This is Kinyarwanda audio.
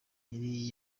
yari